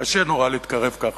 קשה נורא להתקרב ככה.